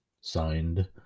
signed